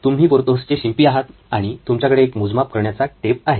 तुम्ही पोर्थोसचे शिंपी आहात आणि तुमच्याकडे एक मोजमाप करण्याचा टेप आहे